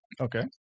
Okay